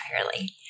entirely